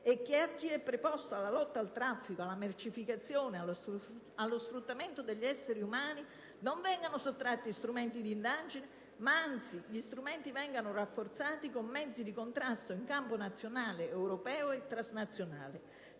chi è preposto alla lotta al traffico, alla mercificazione, allo sfruttamento degli esseri umani non vengano sottratti strumenti di indagine, ma anzi vengano rafforzati con mezzi di contrasto in campo nazionale, europeo e trasnazionale.